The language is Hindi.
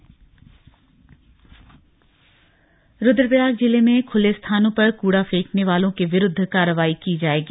बैठक रूद्रप्रयाग जिले में खुले स्थानों पर कूड़ा फेंकने वालों के विरूद्ध कार्रवाई की जाएगी